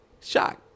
shocked